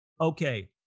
okay